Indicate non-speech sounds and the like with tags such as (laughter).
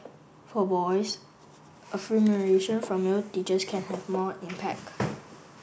for boys (unintelligible) from male teachers can have more impact (noise)